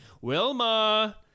Wilma